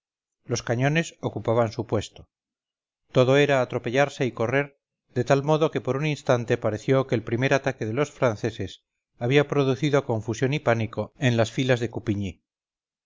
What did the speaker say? los cañones ocupaban su puesto todo era atropellarse y correr de tal modo que por un instante pareció que el primer ataque de los franceses había producido confusión y pánico en las filas de